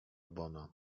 bona